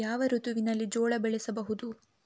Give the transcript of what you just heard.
ಯಾವ ಋತುವಿನಲ್ಲಿ ಜೋಳ ಬೆಳೆಸಬಹುದು?